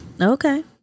okay